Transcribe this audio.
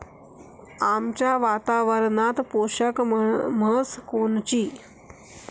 आमच्या वातावरनात पोषक म्हस कोनची?